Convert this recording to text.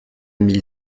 mille